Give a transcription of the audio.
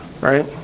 Right